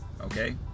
Okay